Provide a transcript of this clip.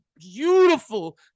beautiful